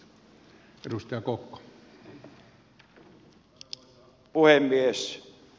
arvoisa puhemies